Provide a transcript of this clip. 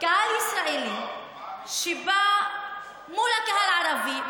קהל ישראלי שבא מול הקהל הערבי,